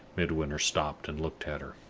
midwinter stopped and looked at her.